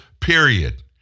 period